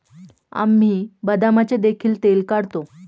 आम्ही बदामाचे देखील तेल काढतो